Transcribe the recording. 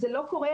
זה לא קורה.